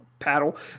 paddle